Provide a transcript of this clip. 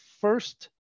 first